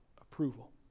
approval